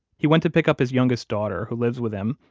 he went to pick up his youngest daughter, who lives with him,